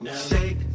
Shake